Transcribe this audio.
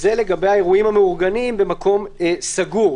זה לגבי האירועים המאורגנים במקום סגור,